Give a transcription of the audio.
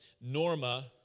Norma